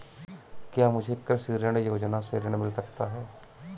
क्या मुझे कृषि ऋण योजना से ऋण मिल सकता है?